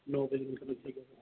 नो बजे कन्नै इत्थै गै हा